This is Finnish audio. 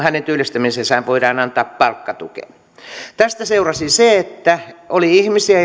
hänen työllistämiseensä voidaan antaa palkkatukea tästä seurasi se että oli ihmisiä